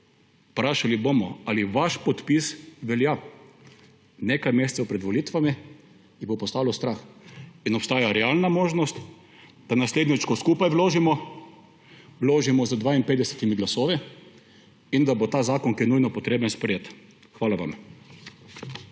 Vprašali bomo, ali vaš podpis velja, nekaj mesecev pred volitvami, jih bo postalo strah in obstaja realna možnost, da naslednjič, ko skupaj vložimo, vložimo z 52 glasovi in bo ta zakon, ki je nujno potreben, sprejet. Hvala vam.